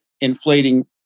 inflating